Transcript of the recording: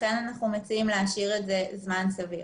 לכן אנחנו מציעים להשאיר את זה זמן סביר.